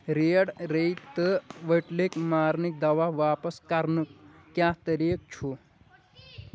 read ریٚیہ تہٕ ؤٹھلہٕ مارنٕکۍ دوا واپس کرنُک کیٛاہ طریٖقہٕ چھُ